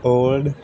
cold